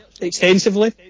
extensively